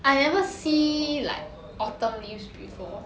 I never see like autumn leaves before